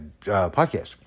podcast